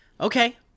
Okay